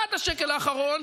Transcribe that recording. עד השקל האחרון,